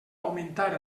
augmentar